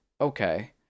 okay